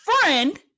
friend